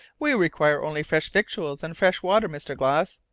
we require only fresh victuals and fresh water, mr. glass.